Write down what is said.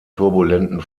turbulenten